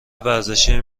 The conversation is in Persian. ورزشی